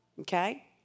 okay